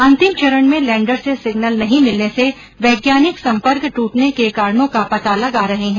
अंतिम चरण में लैंडर से सिग्नल नही मिलने से वैज्ञानिक संपर्क ट्रटने के कारणों का पता लगा रहे हैं